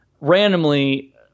randomly